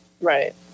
Right